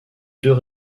deux